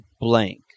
blank